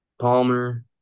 Palmer